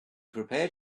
prepared